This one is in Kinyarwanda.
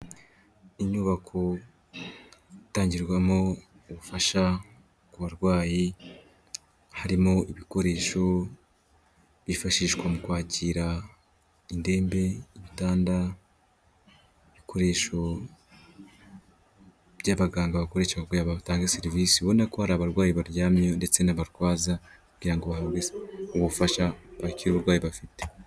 Inyubako itangirwamo ubufasha ku barwayi, harimo ibikoresho byifashishwa mu kwakira indembe, ibitanda, ibikoresho by'abaganga bakuriki batanga serivisi, ubona ko hari abarwayi baryamye ndetse n'abarwaza kugira ngo bahabwe ubufasha bakire uburwayi bafite.